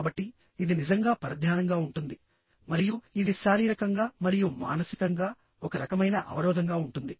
కాబట్టి ఇది నిజంగా పరధ్యానంగా ఉంటుంది మరియు ఇది శారీరకంగా మరియు మానసికంగా ఒక రకమైన అవరోధంగా ఉంటుంది